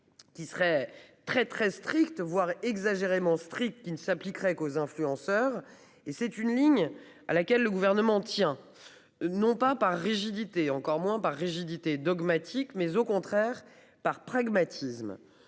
Qui serait très très stricte, voire exagérément. Qui ne s'appliquerait qu'aux influenceurs et c'est une ligne à laquelle le gouvernement tient. Non pas par rigidité, encore moins par rigidité dogmatique mais au contraire par pragmatisme,